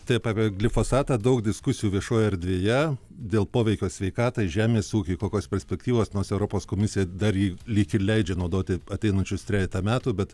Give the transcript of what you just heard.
tap apie glifosatą daug diskusijų viešojoje erdvėje dėl poveikio sveikatai žemės ūkiui kokios perspektyvos nors europos komisija dar jį lyg ir leidžia naudoti ateinančius trejetą metų bet